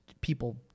people